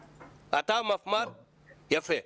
--- יפה.